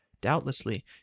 Doubtlessly